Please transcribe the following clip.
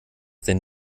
denn